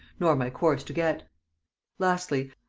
nor my course to get lastly,